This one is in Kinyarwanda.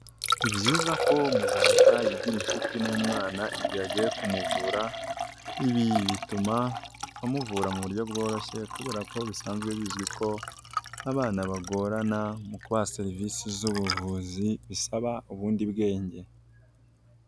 Ni byiza ko muganga yigira inshuti n'umwana igihe agiye kumuvura, ibi bituma amuvura mu buryo bworoshye kubera ko bisanzwe bizwi ko, abana bagorana mu kubaha serivisi z'ubuvuzi, bisaba ubundi bwenge.